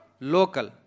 local